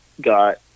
got